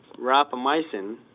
rapamycin